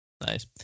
Nice